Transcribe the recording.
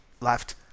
left